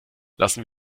lassen